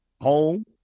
Home